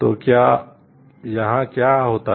तो यहाँ क्या होता है